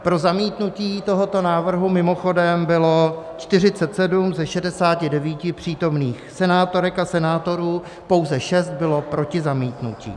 Pro zamítnutí tohoto návrhu mimochodem bylo 47 ze 69 přítomných senátorek a senátorů, pouze 6 bylo proti zamítnutí.